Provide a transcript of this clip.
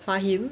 fahim